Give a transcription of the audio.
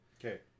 Okay